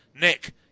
nick